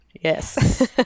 yes